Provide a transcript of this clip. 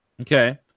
okay